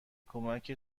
کمک